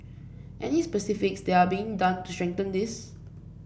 any specifics that are being done to strengthen this